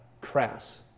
Crass